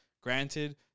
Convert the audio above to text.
Granted